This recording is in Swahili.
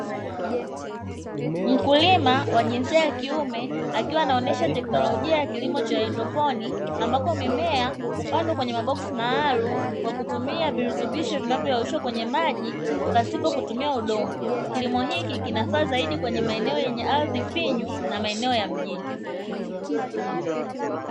Mkulima wa jinsia ya kiume akiwa anaonyesha teknolojia ya kikimo cha hydroponi, ambapo mimea hupandwa kwenye maboksi maalum kwa kutumia virutubisho vinavyo yenyeshwa kwenye maji pasipo kutumia udongo. Kilimo kinafaa zaidi kwenye maeneo yenye ardhi finyu na maeneo ya mjini.